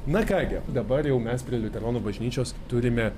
na ką gi dabar jau mes prie liuteronų bažnyčios turime